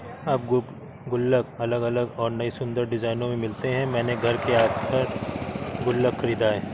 अब गुल्लक अलग अलग और नयी सुन्दर डिज़ाइनों में मिलते हैं मैंने घर के आकर का गुल्लक खरीदा है